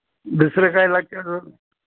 दुसरं काय लागते अजून